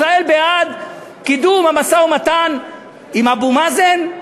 ישראל בעד קידום המשא-ומתן עם אבו מאזן?